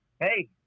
Hey